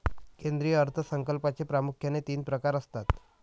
केंद्रीय अर्थ संकल्पाचे प्रामुख्याने तीन प्रकार असतात